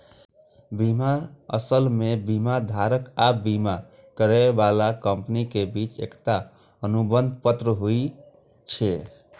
बीमा असल मे बीमाधारक आ बीमा करै बला कंपनी के बीच एकटा अनुबंध पत्र होइ छै